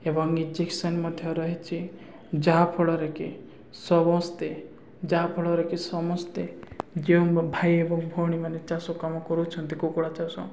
ଏବଂ ଇଞ୍ଜେକ୍ସନ୍ ମଧ୍ୟ ରହିଛି ଯାହାଫଳରେ କି ସମସ୍ତେ ଯାହାଫଳରେ କି ସମସ୍ତେ ଯେଉଁ ଭାଇ ଏବଂ ଭଉଣୀମାନେ ଚାଷ କାମ କରୁଛନ୍ତି କୁକୁଡ଼ା ଚାଷ